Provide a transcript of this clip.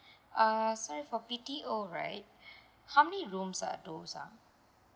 uh sorry for B_T_O right how many rooms are those uh